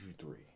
three